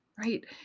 right